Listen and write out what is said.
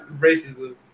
racism